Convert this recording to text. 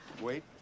Wait